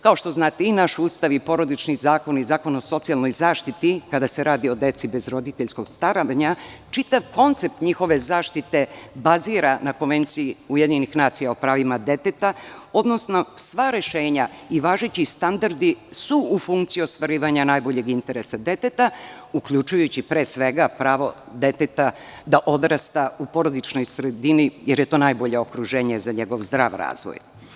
Kao što znate, i naš Ustav i porodični zakon i Zakon o socijalnoj zaštiti, kada se radi o deci bez roditeljskog staranja, čitav koncept njihove zaštite bazira na Konvenciji Ujedinjenih nacija o pravima deteta, odnosno sva rešenja i važeći standardi su u funkciji ostvarivanja najboljeg interesa deteta uključujući, pre svega, pravo deteta da odrasta u porodičnoj sredini, jer je to najbolje okruženje za njegov zdrav razvoj.